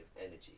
energy